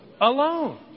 Alone